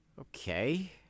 okay